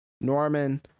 Norman